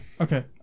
okay